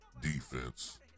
defense